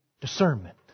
discernment